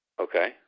Okay